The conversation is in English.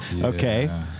Okay